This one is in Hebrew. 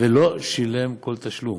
ולא שילם כל תשלום.